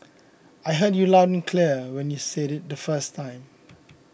I heard you loud and clear when you said it the first time